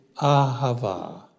Ahava